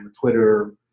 Twitter